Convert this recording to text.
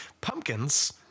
Pumpkins